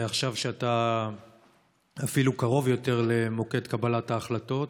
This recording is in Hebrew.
עכשיו כשאתה אפילו קרוב יותר למוקד קבלת ההחלטות,